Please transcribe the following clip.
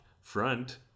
front